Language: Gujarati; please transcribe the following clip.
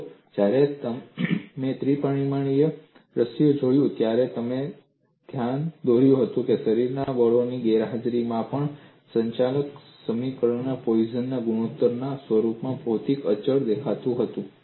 જુઓ જ્યારે મેં ત્રિ પરિમાણીય દૃશ્ય જોયું ત્યારે મેં ધ્યાન દોર્યું હતું શરીરના દળોની ગેરહાજરીમાં પણ સંચાલક સમીકરણમાં પોઈસન Poisson's ના ગુણોત્તરના રૂપમાં ભૌતિક અચળ દેખાતું હતું